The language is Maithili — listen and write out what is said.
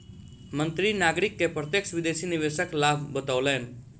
मंत्री नागरिक के प्रत्यक्ष विदेशी निवेशक लाभ बतौलैन